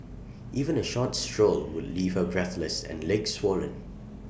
even A short stroll would leave her breathless and legs swollen